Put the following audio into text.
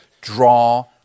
Draw